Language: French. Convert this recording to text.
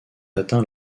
atteint